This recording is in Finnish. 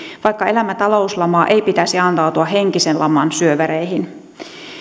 vaikka elämme talouslamaa ei pitäisi antautua henkisen laman syövereihin